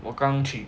我刚去